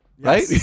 Right